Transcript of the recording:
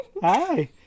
Hi